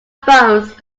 phones